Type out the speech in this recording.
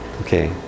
Okay